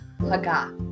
Haga